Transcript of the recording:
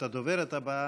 את הדוברת הבאה,